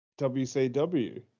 WCW